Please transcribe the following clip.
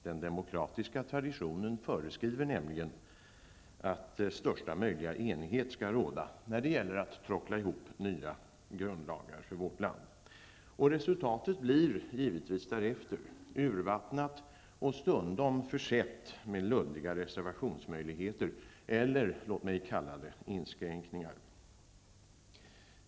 Den demokratiska traditionen föreskriver nämligen att största möjliga enighet skall råda när det gäller att tråckla ihop nya grundlagar för vårt land. Resultatet blir givetvis därefter: urvattnat och stundom försett med luddiga reservationsmöjligheter eller, låt mig kalla det, inskränkningar.